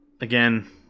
Again